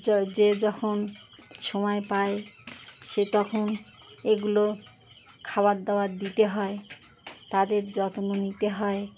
যে যখন সময় পায় সে তখন এগুলো খাবার দাবার দিতে হয় তাদের যত্ন নিতে হয়